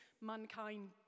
mankind